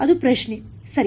ಅದು ಪ್ರಶ್ನೆ ಸರಿ